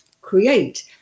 create